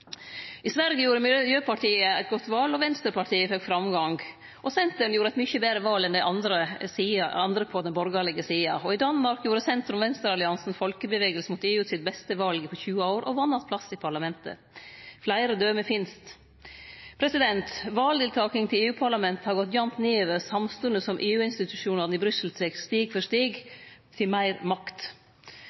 I Sverige gjorde Miljöpartiet eit godt val, og Vänsterpartiet fekk framgang. Centern gjorde eit mykje betre val enn dei andre på den borgarlege sida. I Danmark gjorde sentrum–venstre-alliansen Folkebevægelsen mod EU sitt beste val på 20 år og vann att plass i parlamentet. Fleire døme finst. Deltakinga ved val til Europaparlamentet har gått jamt nedover, samstundes som EU-institusjonane i Brussel steg for steg har teke til seg meir makt.